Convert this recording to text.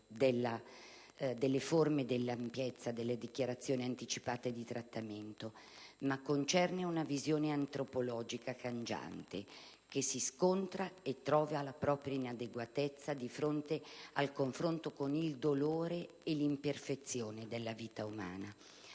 delle forme e dell'ampiezza delle dichiarazioni anticipate di trattamento e concerna una visione antropologica cangiante che si scontra e trova la propria inadeguatezza di fronte al confronto con il dolore e l'imperfezione della vita umana.